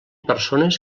persones